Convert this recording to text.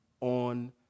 on